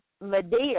Medea